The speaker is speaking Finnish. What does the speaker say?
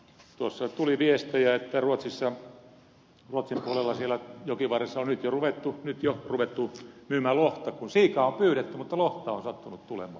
tuossa tuli viestejä että ruotsin puolella siellä jokivarressa on nyt jo ruvettu myymään lohta kun siikaa on pyydetty mutta lohta on sattunut tulemaan